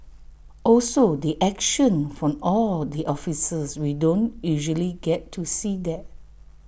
also the action from all the officers we don't usually get to see that